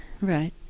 Right